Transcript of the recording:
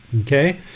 Okay